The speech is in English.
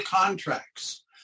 contracts